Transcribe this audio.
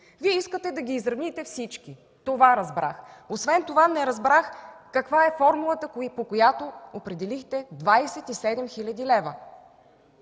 Вие искате да ги изравните всички. Това разбрах. Освен това не разбрах каква е формулата, по която определихте 27 хил.